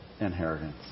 inheritance